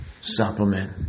supplement